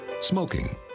Smoking